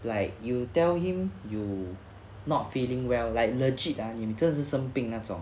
like you tell him you not feeling well like legit ah 你真的是生病那种